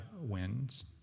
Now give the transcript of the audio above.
wins